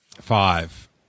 Five